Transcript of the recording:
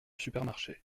supermarché